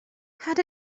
had